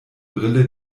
brille